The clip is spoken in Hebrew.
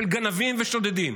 של גנבים, שודדים